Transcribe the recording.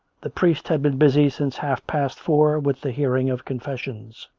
the priest had been busy since half past four with the hearing of confessions.